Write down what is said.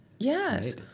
Yes